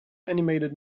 animated